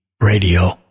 radio